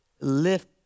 lift